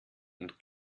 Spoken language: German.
und